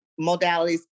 modalities